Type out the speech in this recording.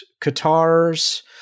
Qatar's